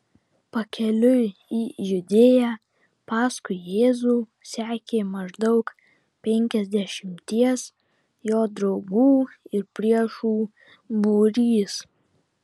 pakeliui į judėją paskui jėzų sekė maždaug penkiasdešimties jo draugų ir priešų būrys